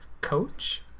coach